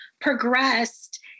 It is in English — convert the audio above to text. progressed